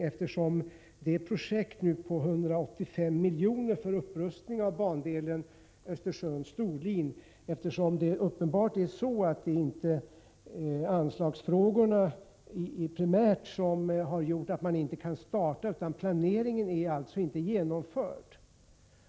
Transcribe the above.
Det är uppenbarligen inte primärt anslagsfrågorna som har gjort att man inte kan starta det projekt för en upprustning av bandelen Östersund-Storlien som har kostnadsberäknats till 185 miljoner. Det är planeringen som inte är genomförd.